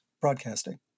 broadcasting